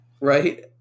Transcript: Right